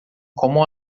como